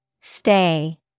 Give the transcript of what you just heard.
Stay